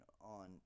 on